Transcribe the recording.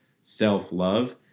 self-love